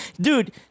dude